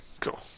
cool